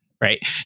Right